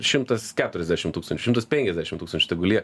šimtas keturiasdešim tūkstančių šimtas penkiasdešim tūkstančių tegul lie